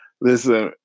Listen